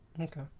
Okay